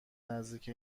نزدیک